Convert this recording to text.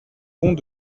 pont